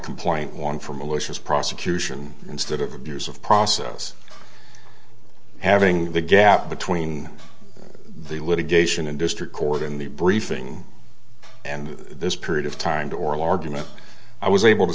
complaint one for malicious prosecution instead of abuse of process having the gap between the litigation and district court in the briefing and this period of time to oral argument i was able to